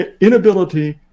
inability